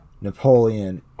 napoleon